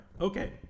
Okay